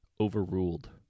Overruled